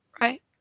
Right